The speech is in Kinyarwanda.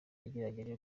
nagerageje